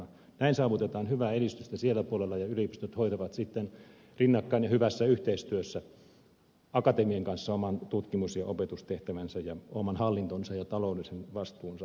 näin saavutetaan hyvää edistystä siellä puolella ja yliopistot hoitavat sitten rinnakkain ja hyvässä yhteistyössä akatemian kanssa oman tutkimus ja opetustehtävänsä ja oman hallintonsa ja taloudellisen vastuunsa